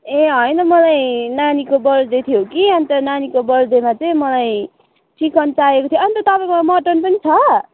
ए होइन मलाई नानीको बर्थडे थियो कि अन्त नानीको बर्थडेमा चाहिँ मलाई चिकन चाहिएको थियो अन्त तपाईँकोमा मटन पनि छ